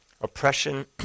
Oppression